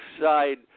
side